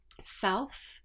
self